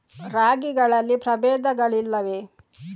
ರಾಗಿಗಳಲ್ಲಿ ಪ್ರಬೇಧಗಳಿವೆಯೇ?